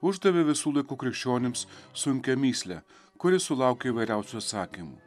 uždavė visų laikų krikščionims sunkią mįslę kuri sulaukia įvairiausių atsakymų